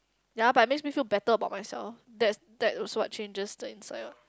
ya but it makes me feel better about myself that is that is what changes the inside lah